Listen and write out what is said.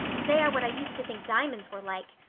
they are what i used to think diamonds were like.